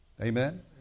Amen